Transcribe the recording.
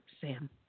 Sam